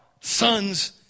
sons